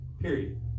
Period